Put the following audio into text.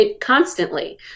constantly